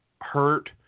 hurt